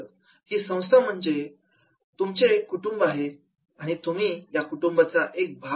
ही संस्था म्हणजे हे तुमचे कुटुंब आहे आणि तुम्ही या कुटुंबाचा एक भाग आहात